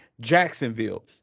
Jacksonville